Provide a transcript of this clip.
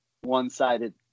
one-sided